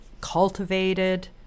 cultivated